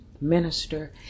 minister